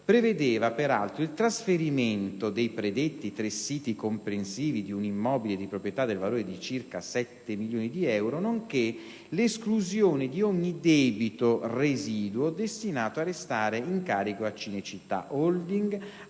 prevedeva, peraltro, il trasferimento dei predetti tre siti comprensivi di un immobile di proprietà del valore di circa 7 milioni di euro nonché l'esclusione di ogni debito residuo destinato a restare in carico a Cinecittà Holding,